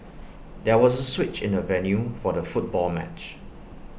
there was A switch in the venue for the football match